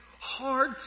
hard